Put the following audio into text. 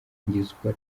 itangizwa